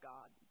God